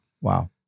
Wow